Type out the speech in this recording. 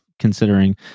considering